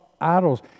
idols